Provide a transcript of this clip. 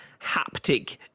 haptic